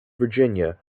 virginia